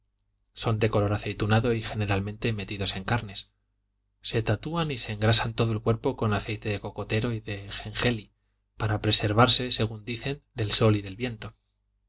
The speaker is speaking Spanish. son de color aceitunado y generalmente metidos en carnes se tatúan y se engrasan todo el cuerpo con aceite de cocotero y de jengeli para preservarse según dicen del sol y del viento